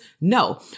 No